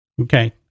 Okay